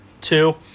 Two